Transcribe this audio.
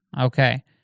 Okay